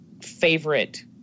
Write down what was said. favorite